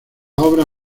obra